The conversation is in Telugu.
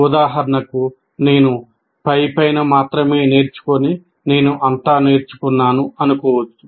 ఉదాహరణకు నేను పైపైన మాత్రమే నేర్చుకుని నేను అంతా నేర్చుకున్నాను అనుకోవచ్చు